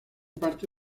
parte